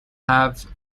have